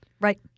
Right